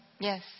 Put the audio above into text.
Yes